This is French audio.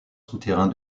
souterrain